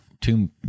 Two